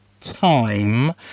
time